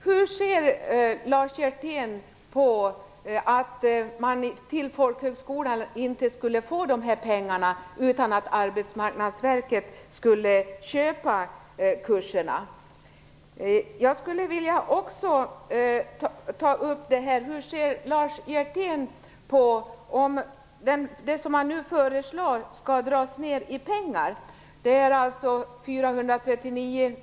Vad anser Lars Hjertén om att man inte skulle få de här pengarna till folkhögskolorna utan att Arbetsmarknadsverket skulle köpa kurserna?